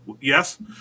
Yes